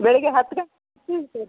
ಬೆಳಿಗ್ಗೆ ಹತ್ತು ಗಂಟೆಗೆ